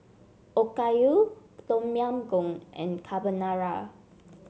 Okayu Tom Yam Goong and Carbonara